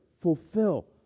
fulfill